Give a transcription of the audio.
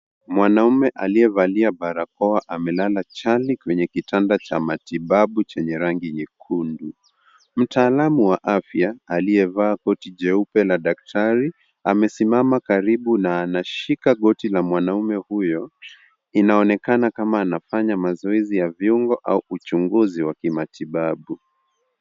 Mwanamume aliyevalia barakoa amelala chali kwenye kitanda cha matibabu chenye rangi nyekundu. Mtaalamu wa afya aliyevaa koti jeupe la daktari amesimama karibu na anashika goti la mwanamume huyo. Inaonekana kama anafanya mazoezi ya viungo au uchunguzi wa kimatibabu.